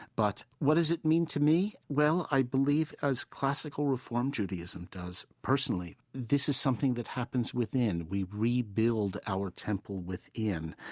but what does it mean to me? well, i believe, as classical reform judaism does, personally, this is something that happens within. we rebuild our temple within.